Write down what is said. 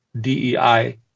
DEI